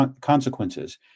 consequences